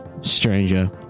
stranger